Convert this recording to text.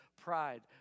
pride